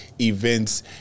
events